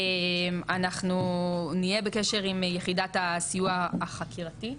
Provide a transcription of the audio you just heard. אנחנו נהיה בקשר עם מדור סיוע חקירתי,